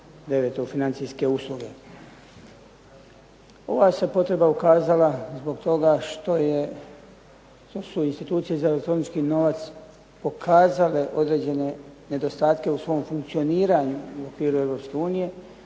9.-Financijske usluge. Ova se potreba ukazala zbog toga što je institucije za elektronički novac pokazale određene nedostatke u svom funkcioniranju u okviru EU